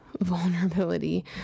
vulnerability